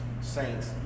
saints